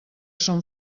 són